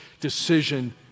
decision